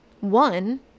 One